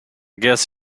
guess